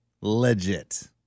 Legit